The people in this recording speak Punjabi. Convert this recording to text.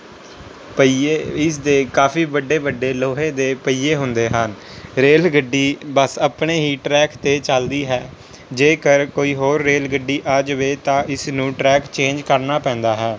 ਪਹੀਏ ਇਸਦੇ ਕਾਫ਼ੀ ਵੱਡੇ ਵੱਡੇ ਲੋਹੇ ਦੇ ਪਹੀਏ ਹੁੰਦੇ ਹਨ ਰੇਲ ਗੱਡੀ ਬਸ ਆਪਣੇ ਹੀ ਟਰੈਕ 'ਤੇ ਚੱਲਦੀ ਹੈ ਜੇਕਰ ਕੋਈ ਹੋਰ ਰੇਲ ਗੱਡੀ ਆ ਜਾਵੇ ਤਾਂ ਇਸ ਨੂੰ ਟਰੈਕ ਚੇਂਜ ਕਰਨਾ ਪੈਂਦਾ ਹੈ